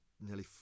nearly